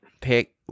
pick